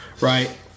right